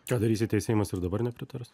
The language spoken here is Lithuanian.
ką darysit jei seimas ir dabar nepritars